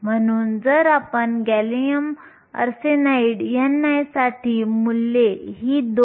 म्हणून जर आपण गॅलियम आर्सेनाइड ni साठी मूल्ये ही 2